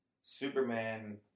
Superman